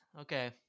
okay